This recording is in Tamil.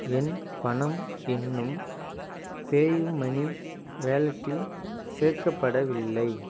என் பணம் இன்னும் பேயூமனி வாலெட்டில் சேர்க்கப்படவில்லை